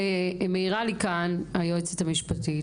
מעירה לי כאן היועצת המשפטית,